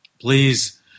please